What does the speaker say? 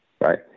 Right